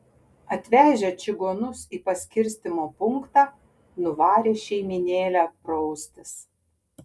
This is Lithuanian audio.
atvežę čigonus į paskirstymo punktą nuvarė šeimynėlę praustis